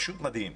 פשוט מדהים.